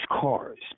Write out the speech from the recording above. cars